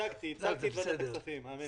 ייצגתי את ועדת הכספים.